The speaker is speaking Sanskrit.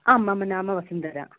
आम् मम नाम वसुन्धरा